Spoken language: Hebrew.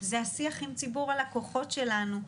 זה השיח עם ציבור הלקוחות שלנו.